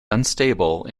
unstable